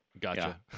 gotcha